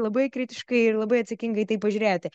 labai kritiškai ir labai atsakingai į tai pažiūrėti